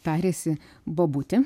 tariasi bobutė